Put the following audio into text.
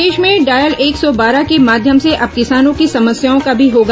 प्रदेश में डायल एक सौ बारह के माध्यम से अब किसानों की समस्याओं का भी निदान होगा